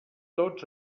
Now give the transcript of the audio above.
tots